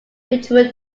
victory